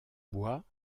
bois